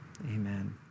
Amen